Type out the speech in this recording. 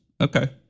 Okay